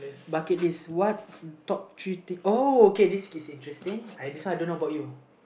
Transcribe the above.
bucket list what top three things uh okay this this is interesting this one I don't know about you